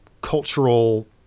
cultural